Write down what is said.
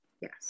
Yes